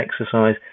exercise